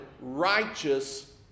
righteous